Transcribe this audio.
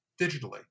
digitally